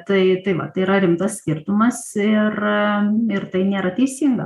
tai tai va tai yra rimtas skirtumas ir ir tai nėra teisinga